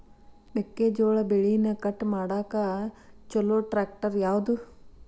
ಮೆಕ್ಕೆ ಜೋಳ ಬೆಳಿನ ಕಟ್ ಮಾಡಾಕ್ ಛಲೋ ಟ್ರ್ಯಾಕ್ಟರ್ ಯಾವ್ದು?